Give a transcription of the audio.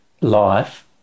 life